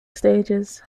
stages